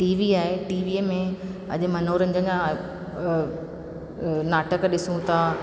TV आहे टीवीअ में अॼु मनोरंजन या नाटक ॾिसूं था